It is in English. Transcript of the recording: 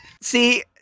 see